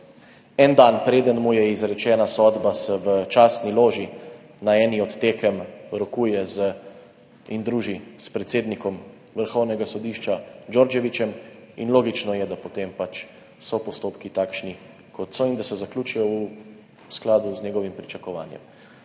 en dan, preden mu je izrečena sodba, se v častni loži na eni od tekem rokuje in druži s predsednikom Vrhovnega sodišča Đorđevićem in logično je, da so potem pač postopki takšni, kot so, in da se zaključijo v skladu z njegovim pričakovanjem.